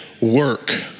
work